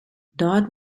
dodd